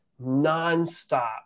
nonstop